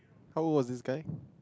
how old was this guy